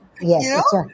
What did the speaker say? Yes